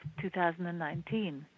2019